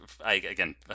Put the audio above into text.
again